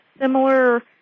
similar